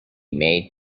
made